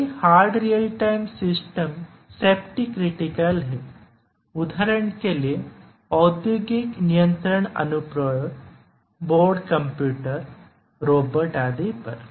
कई hard real time system safety critical हैं उदाहरण के लिए औद्योगिक नियंत्रण अनुप्रयोग बोर्ड कंप्यूटर रोबोट आदि पर